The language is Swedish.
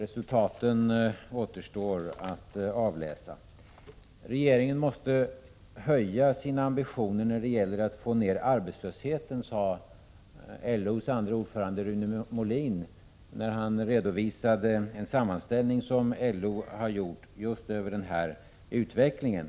Det återstår att avläsa resultaten. Regeringen måste höja sina ambitioner när det gäller att få ner arbetslösheten, sade LO:s andre ordförande Rune Molin när han redovisade en sammanställning som LO gjort över just den här utvecklingen.